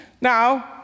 Now